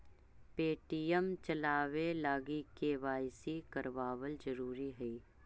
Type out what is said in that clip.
Paytm चलाबे लागी KYC करबाबल जरूरी हई